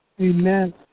amen